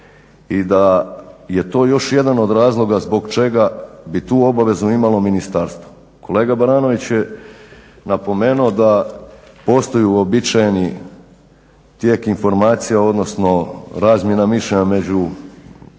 i da je to još jedan od razloga zbog čega bi tu obavezu imalo ministarstvo. Kolega Baranović je napomenuo da postoji uobičajeni tijek informacija, odnosno razmjena mišljenja među brodarima,